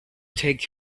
take